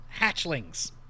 hatchlings